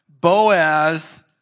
Boaz